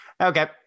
Okay